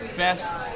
best